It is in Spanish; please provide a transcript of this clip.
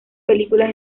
películas